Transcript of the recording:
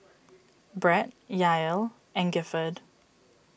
Brett Yael and Gifford